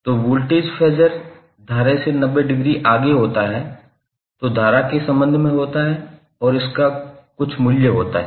तो voltage phasor धारा से 90 डिग्री आगे होता है जो धारा के संबंध में होता है और इसका कुछ मूल्य होता है